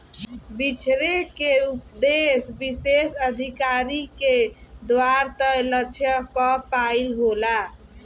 बिछरे के उपदेस विशेष अधिकारी के द्वारा तय लक्ष्य क पाइल होला